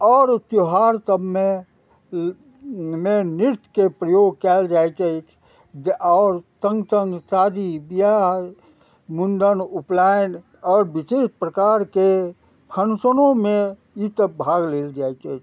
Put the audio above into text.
आओर त्योहार सबमे नृत्यके प्रयोग कयल जाइत अछि आओर सङ्ग सङ्ग शादी बियाह मुण्डन उपनयन आओर विशेष प्रकारके फंक्शनोमे ई सभ भाग लेल जाइत अछि